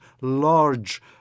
large